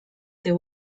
there